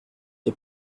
est